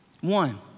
One